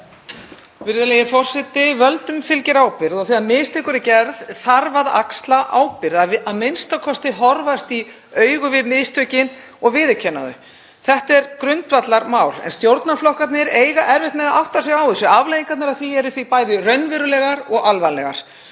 Virðulegi forseti. Völdum fylgir ábyrgð og þegar mistök eru gerð þarf að axla ábyrgð, a.m.k. horfast í augu við mistökin og viðurkenna þau. Þetta er grundvallarmál en stjórnarflokkarnir eiga erfitt með að átta sig á þessu. Afleiðingarnar af því eru því bæði raunverulegar og alvarlegar.